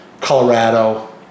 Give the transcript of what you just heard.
Colorado